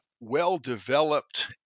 well-developed